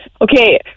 Okay